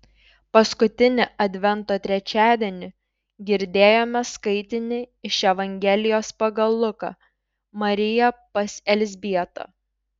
paskutinį advento trečiadienį girdėjome skaitinį iš evangelijos pagal luką marija pas elzbietą